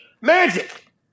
Magic